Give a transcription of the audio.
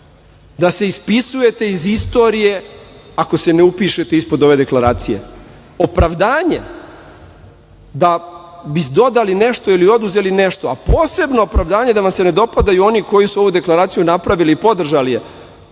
da se ispisujete iz istorije ako se ne upišete ispod ove deklaracije. Opravdanje da bi dodali nešto ili oduzeli nešto, a posebno opravdanje da vam se ne dopadaju oni koji su ovu deklaraciju napravili i podržali je